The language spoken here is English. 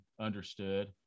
understood